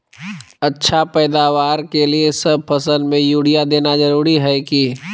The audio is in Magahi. अच्छा पैदावार के लिए सब फसल में यूरिया देना जरुरी है की?